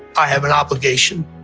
i have an obligation.